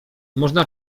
można